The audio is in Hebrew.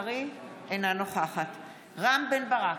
אינה נוכחת רם בן ברק,